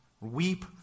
Weep